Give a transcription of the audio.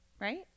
Right